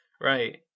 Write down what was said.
Right